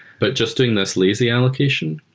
but just doing this lazy allocation,